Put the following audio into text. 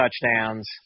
touchdowns